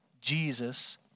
Jesus